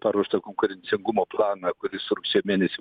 paruoštą konkurencingumo planą kuris rugsėjo mėnesį